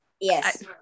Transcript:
Yes